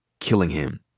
killing him.